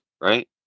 right